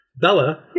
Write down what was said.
Bella